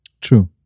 True